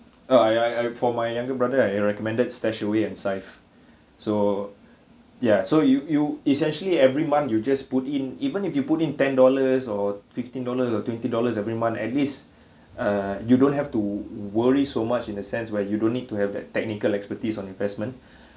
uh I I I for my younger brother I recommended StashAway and syfe so yeah so you you essentially every month you just put in even if you put in ten dollars or fifteen dollars or twenty dollars every month at least err you don't have to worry so much in the sense where you don't need to have that technical expertise on investment